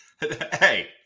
Hey